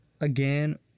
again